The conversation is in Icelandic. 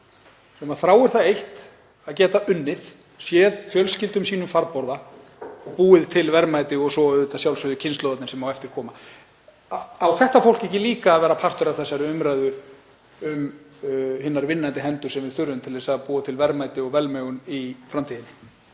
sem þráir það eitt að geta unnið, séð fjölskyldum sínum farborða, skapað verðmæti og svo að sjálfsögðu kynslóðirnar sem á eftir koma? Á þetta fólk ekki líka að vera partur af þessari umræðu um hinar vinnandi hendur sem við þurfum til að búa til verðmæti og velmegun í framtíðinni?